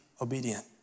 obedient